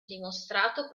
dimostrato